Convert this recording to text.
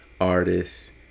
Artists